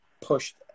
pushed